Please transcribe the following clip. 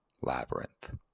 labyrinth